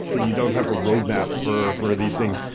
you don't have a roadmap for for these things.